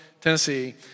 Tennessee